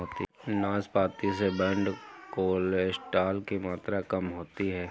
नाशपाती से bad cholesterol की मात्रा कम होती है